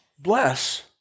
Bless